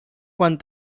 quan